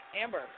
Amber